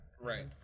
Right